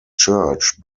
church